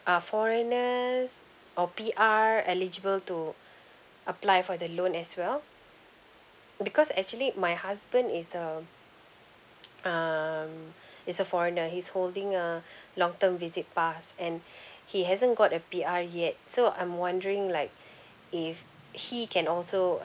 are foreigners or P_R eligible to apply for the loan as well because actually my husband is um um is a foreigner he's holding a long term visit pass and he hasn't got a P_R yet so I'm wondering like if he can also